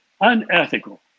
unethical